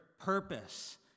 purpose